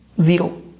zero